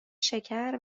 شکر